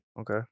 okay